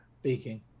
speaking